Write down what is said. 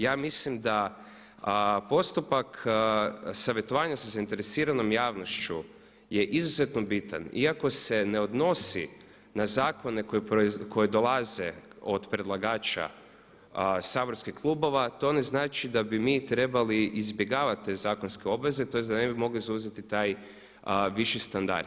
Ja mislim da postupak savjetovanja sa zainteresiranom javnošću je izuzetno bitan, iako se ne odnosi na zakone koji dolaze od predlagača saborskih klubova to ne znači da bi mi trebali izbjegavati te zakonske obveze, tj. da ne bi mogli zauzeti taj viši standard.